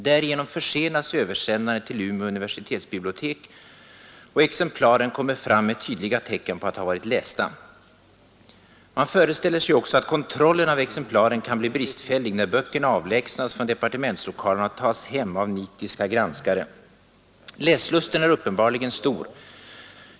Därigenom försenas översändandet till Umeå universitetsbibliotek, och exemplaren kommer fram med tydliga tecken på att ha varit lästa. Man föreställer sig också att kontrollen av exemplaren kan bli bristfällig när böckerna avlägsnas från departementslokalerna och tas hem av nitiska ”granskare”. Läslusten är uppenbarligen stor.